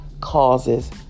causes